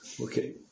Okay